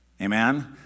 Amen